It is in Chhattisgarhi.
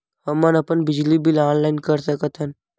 हमन अपन बिजली बिल ऑनलाइन कर सकत हन?